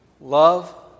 love